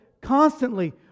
constantly